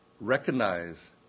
Recognize